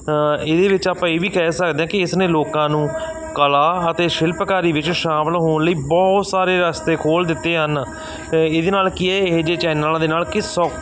ਇਹਦੇ ਵਿੱਚ ਆਪਾਂ ਇਹ ਵੀ ਕਹਿ ਸਕਦੇ ਹਾਂ ਕਿ ਇਸ ਨੇ ਲੋਕਾਂ ਨੂੰ ਕਲਾ ਅਤੇ ਸ਼ਿਲਪਕਾਰੀ ਵਿੱਚ ਸ਼ਾਮਲ ਹੋਣ ਲਈ ਬਹੁਤ ਸਾਰੇ ਰਸਤੇ ਖੋਲ੍ਹ ਦਿੱਤੇ ਹਨ ਇਹਦੇ ਨਾਲ ਕੀ ਹੈ ਇਹੋ ਜਿਹੇ ਚੈਨਲਾਂ ਦੇ ਨਾਲ ਕਿਸ ਸੌਖ